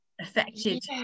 affected